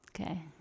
Okay